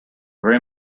very